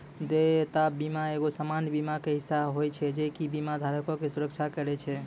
देयता बीमा एगो सामान्य बीमा के हिस्सा होय छै जे कि बीमा धारको के सुरक्षा करै छै